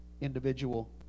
individual